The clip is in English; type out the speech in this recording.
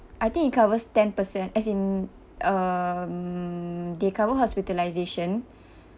I think it covers ten percent as in um they cover hospitalization